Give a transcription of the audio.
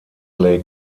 lake